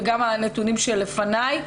וגם הנתונים שלפניי.